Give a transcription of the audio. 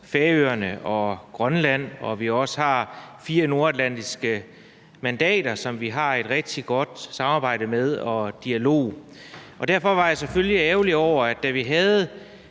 Færøerne og Grønland, og at vi også har fire nordatlantiske mandater, som vi har et rigtig godt samarbejde og en god dialog med. Og derfor var jeg selvfølgelig ærgerlig over, at da vi havde